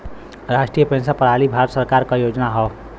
राष्ट्रीय पेंशन प्रणाली भारत सरकार क योजना हौ